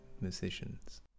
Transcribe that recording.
musicians